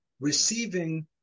receiving